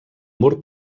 mur